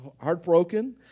heartbroken